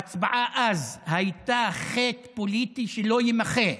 ההצבעה אז הייתה חטא פוליטי שלא יימחה.